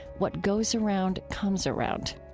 what goes around comes around?